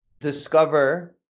discover